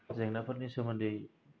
जेंनाफोरनि सोमोन्दै